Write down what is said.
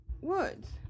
Woods